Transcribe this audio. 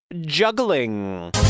Juggling